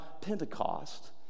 Pentecost—